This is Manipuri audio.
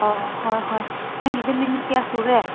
ꯑꯣ ꯍꯣꯏ ꯍꯣꯏ ꯅꯪꯒꯤꯗꯤ ꯃꯤꯅꯤꯠ ꯀꯌꯥ ꯁꯨꯔꯦ